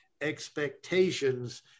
expectations